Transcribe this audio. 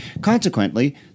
Consequently